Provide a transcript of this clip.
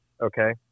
okay